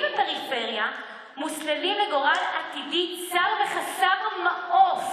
בפריפריה מוסללים לגורל עתידי צר וחסר מעוף?